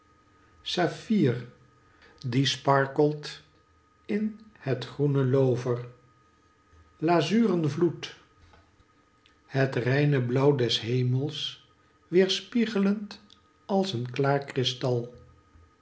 safficr die sparkelt in het groene loovcr lazuren vloed het rcinc blauw des hemels weerspieglend als een klaar krystal